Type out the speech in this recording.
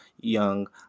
young